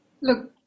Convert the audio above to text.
Look